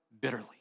bitterly